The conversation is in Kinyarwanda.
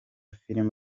filime